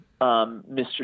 Mr